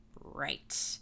Right